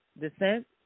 descent